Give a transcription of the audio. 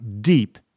deep